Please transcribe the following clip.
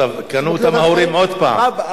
עכשיו קנו אותם ההורים עוד פעם?